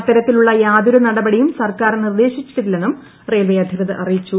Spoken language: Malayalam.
അത്തരത്തിലുള്ള യാതൊരു നടപടിയും സർക്കാർ നിർദ്ദേശിച്ചിട്ടില്ലെന്നും റെയിൽവേ അധികൃത്ർ അറിയിച്ചു